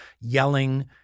yelling